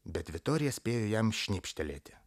bet vitorija spėjo jam šnibžtelėti